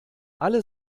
alle